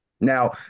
Now